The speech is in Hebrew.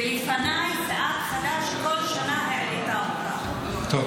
ולפניי סיעת חד"ש העלתה אותה בכל שנה.